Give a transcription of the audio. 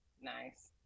Nice